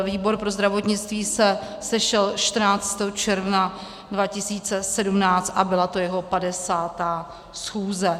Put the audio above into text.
Výbor pro zdravotnictví se sešel 14. června 2017 a byla to jeho 50. schůze.